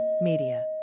Media